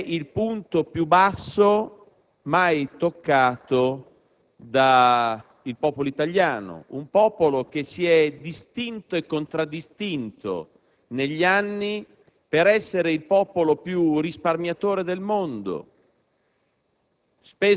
È il punto più basso mai toccato dal popolo italiano: un popolo che si è distinto e contraddistinto negli anni per essere il più risparmiatore del mondo.